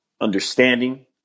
understanding